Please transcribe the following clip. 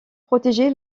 protéger